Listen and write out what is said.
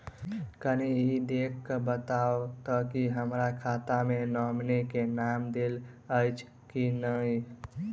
कनि ई देख कऽ बताऊ तऽ की हमरा खाता मे नॉमनी केँ नाम देल अछि की नहि?